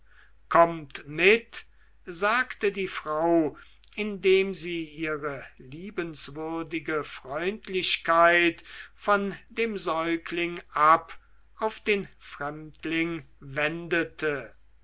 kommt mit sagte die frau indem sie ihre liebenswürdige freundlichkeit von dem säugling ab auf den fremdling wendete